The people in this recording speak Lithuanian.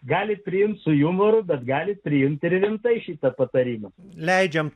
gali priimti su jumoru bet gali priimti rimtai šitą patarimą leidžiame